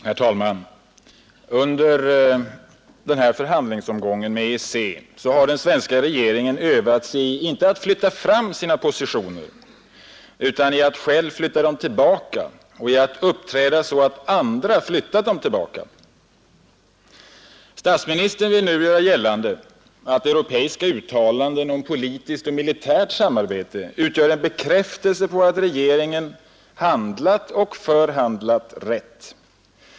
Herr talman! Under denna förhandlingsomgång med EEC har den svenska regeringen övat sig inte i att flytta fram sina positioner utan i att själv flytta dem tillbaka och i att uppträda så att andra flyttat dem tillbaka. Statsministern vill nu göra gällande att europeiska uttalanden om politiskt och militärt samarbete utgör en bekräftelse på att regeringen handlat och förhandlat rätt.